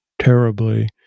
terribly